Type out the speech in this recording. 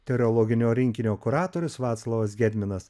tereologinio rinkinio kuratorius vaclovas gedminas